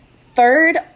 Third